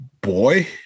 Boy